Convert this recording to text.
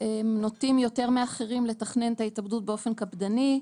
נוטים יותר מאחרים לתכנן את ההתאבדות באופן קפדני,